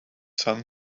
son